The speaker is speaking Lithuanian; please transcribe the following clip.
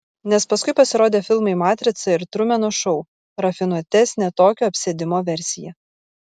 nes paskui pasirodė filmai matrica ir trumeno šou rafinuotesnė tokio apsėdimo versija